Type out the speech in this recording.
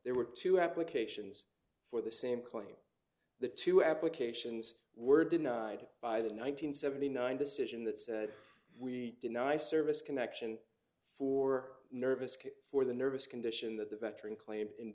there were two applications for the same claim the two applications were denied by the one nine hundred seventy nine decision that said we deny service connection for nervous for the nervous condition that the veteran claimed in